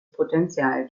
potenzial